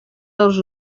dels